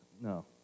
No